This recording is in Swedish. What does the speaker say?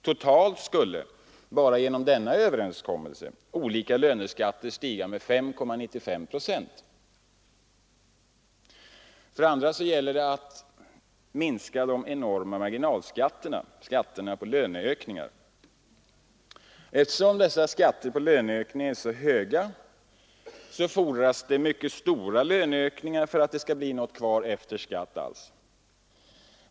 Totalt skulle, bara genom denna överenskommelse, olika löneskatter stiga med 5,95 procent. För det andra gäller det att minska de enorma marginalskatterna — skatterna på löneökningar. Eftersom skatterna på löneökningar är så höga, fordras det stora löneökningar för att det skall bli någonting kvar efter skatt.